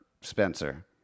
Spencer